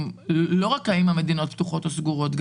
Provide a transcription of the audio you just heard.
לא רק האם המדינות פתוחות או סגורות,